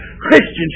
Christians